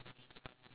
yes